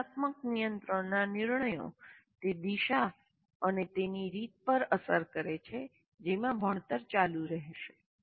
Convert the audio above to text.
જ્ઞાનાત્મક નિયંત્રણ નાં નિર્ણયો તે દિશા અને તેની રીત પર અસર કરે છે કે જેમાં ભણતર ચાલુ રહેશે